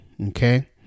okay